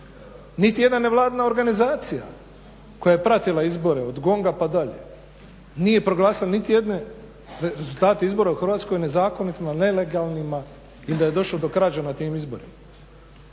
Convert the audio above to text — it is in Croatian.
Niti jedna nevladina organizacija koja je pratila izbore od GONG-a pa dalje nije proglasila niti jedne rezultate izbora u Hrvatskoj nezakonitima, nelegalnima i da je došlo do krađe na tim izborima.